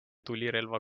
tulirelva